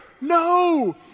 no